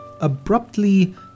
abruptly